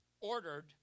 ordered